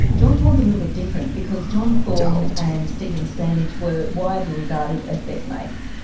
john thorn little bit different because john thorn and stephen standage were widely regarded as best mates.